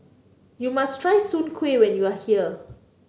you must try Soon Kway when you are here